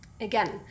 Again